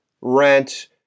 rent